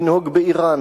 לנהוג באירן,